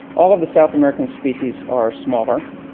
all of the south american species are smaller,